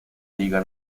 liga